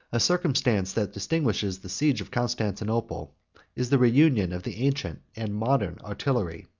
a circumstance that distinguishes the siege of constantinople is the reunion of the ancient and modern artillery.